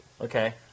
Okay